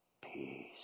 peace